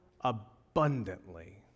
abundantly